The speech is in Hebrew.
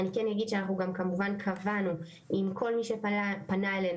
אני כן יגיד שאנחנו גם כמובן קבענו עם כל מי שפנה אלינו.